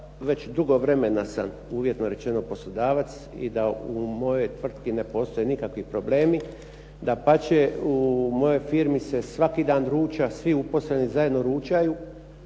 već dugo vremena sam uvjetno rečeno poslodavac i da u mojoj tvrtki ne postoje nikakvi problemi, dapače, u mojoj firmi se svaki dan ruča, svi uposleni zajedno ručaju,